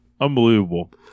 unbelievable